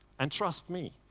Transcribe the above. and trust me,